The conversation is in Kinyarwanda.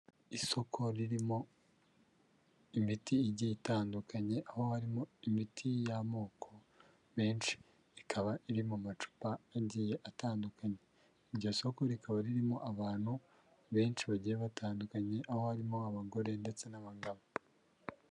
Isoko ririmo imiti igiye itandukanye, aho harimo imiti y'amoko menshi, ikaba iri mu macupa agiye atandukanye, iryo soko rikaba ririmo abantu benshi bagiye batandukanye, aho barimo abagore ndetse n'abagabo.